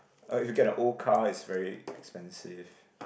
uh if you get a old car is very expensive